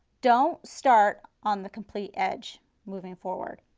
don't start on the complete edge moving forward.